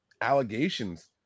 allegations